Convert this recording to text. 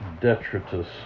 detritus